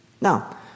Now